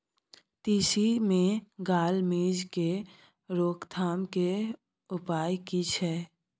तिसी मे gall midge के रोकथाम के उपाय की छै?